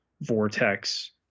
vortex